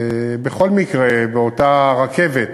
בכל מקרה, באותה רכבת